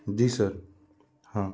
जी sir हाँ